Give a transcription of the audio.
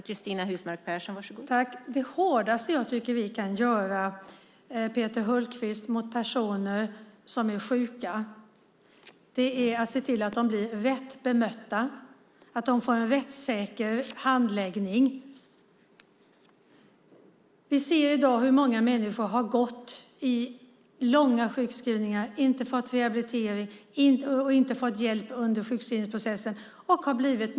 Fru talman! Det bästa vi kan göra mot personer som är sjuka, Peter Hultqvist, är att se till att de blir rätt bemötta och får en rättssäker handläggning. Vi ser i dag hur många människor har gått i långa sjukskrivningar och inte fått rehabilitering och hjälp under sjukskrivningsprocessen.